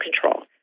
control